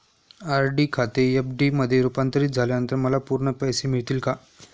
RD खाते FD मध्ये रुपांतरित झाल्यानंतर मला पूर्ण पैसे मिळतील का?